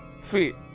Sweet